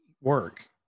work